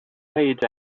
paid